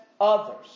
others